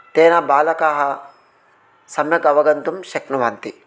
तेन बालकाः सम्यकवगन्तुं शक्नुवन्ति